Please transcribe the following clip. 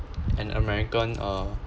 an american uh